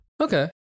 Okay